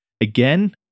Again